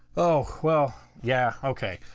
oh, well. yeah, ok.